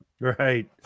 right